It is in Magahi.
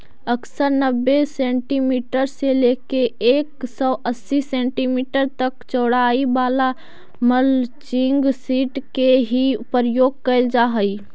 अक्सर नब्बे सेंटीमीटर से लेके एक सौ अस्सी सेंटीमीटर तक चौड़ाई वाला मल्चिंग सीट के ही प्रयोग कैल जा हई